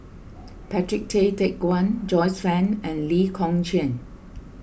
Patrick Tay Teck Guan Joyce Fan and Lee Kong Chian